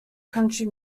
country